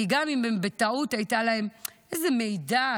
כי גם אם בטעות הייתה להם איזו מעידה,